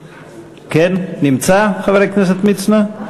כן, נמצא, חבר הכנסת מצנע?